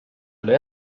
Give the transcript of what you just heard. üle